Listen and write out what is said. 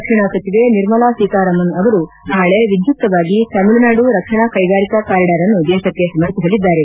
ರಕ್ಷಣಾ ಸಚಿವೆ ನಿರ್ಮಲ ಸೀತಾರಾಮನ್ ಅವರು ನಾಳೆ ವಿಧ್ಯುಕ್ತವಾಗಿ ತಮಿಳುನಾಡು ರಕ್ಷಣಾ ಕೈಗಾರಿಕಾ ಕಾರಿಡಾರ್ ಅನ್ನು ದೇಶಕ್ಷೆ ಸಮರ್ಪಿಸಲಿದ್ದಾರೆ